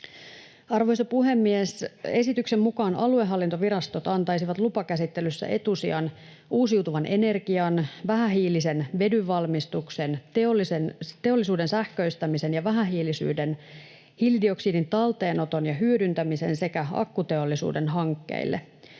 Arvoisa puhemies! Esityksen mukaan aluehallintovirastot antaisivat lupakäsittelyssä etusijan uusiutuvan energian, vähähiilisen vedyn valmistuksen, teollisuuden sähköistämisen ja vähähiilisyyden, hiilidioksidin talteenoton ja hyödyntämisen sekä akkuteollisuuden hankkeille.